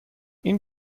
این